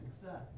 success